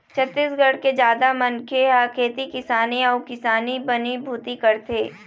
छत्तीसगढ़ के जादा मनखे ह खेती किसानी अउ किसानी बनी भूथी करथे